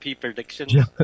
prediction